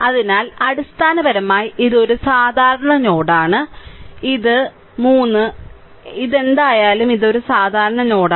അതിനാൽ അടിസ്ഥാനപരമായി ഇത് ഒരു സാധാരണ നോഡാണ് ഇത് 3 ഇതാണ് ഇത് എന്തായാലും ഇത് ഒരു സാധാരണ നോഡാണ്